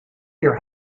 your